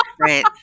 right